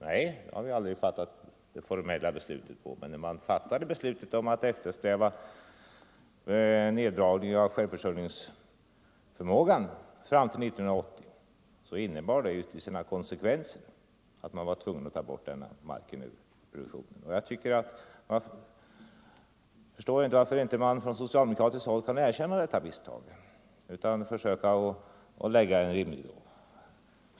Nej, vi har inte fattat något formellt beslut, men när man fattade beslutet om neddragning av självförsörjningsförmågan fram till år 1980, innebar det som konsekvens att man var tvungen att ta bort denna mark ur produktionen. Jag förstår inte varför man från socialdemokratiskt håll inte kan erkänna detta misttag utan försöker lägga ut dimridåer.